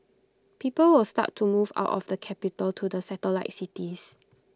people will start to move out of the capital to the satellite cities